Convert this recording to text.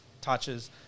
touches